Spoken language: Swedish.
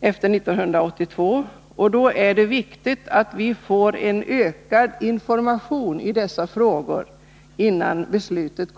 efter 1982, är det viktigt. Nr 133 med en ökad information i säkerhetsoch försvarsfrågorna.